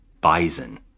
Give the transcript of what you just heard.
Bison